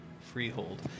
freehold